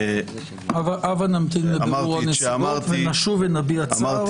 הבה נמתין לבירור הנסיבות ונשוב ונביע צער.